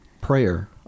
prayer